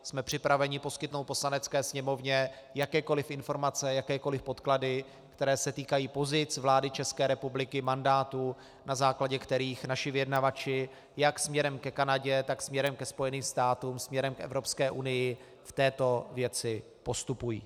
Jsme připraveni poskytnout Poslanecké sněmovně jakékoliv informace a jakékoliv podklady, které se týkají pozic vlády ČR, mandátu, na základě kterých naši vyjednavači jak směrem ke Kanadě, tak směrem ke Spojeným státům, směrem k EU v této věci postupují.